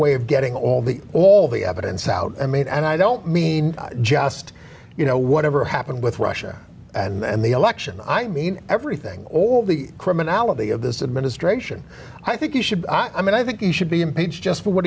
way of getting all the all the evidence out i made and i don't mean just you know whatever happened with russia and the election i mean everything all the criminality of this administration i think you should i mean i think he should be impeached just for what